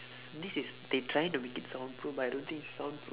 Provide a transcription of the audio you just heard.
this is they trying to make it soundproof but I don't think is soundproof